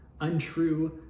untrue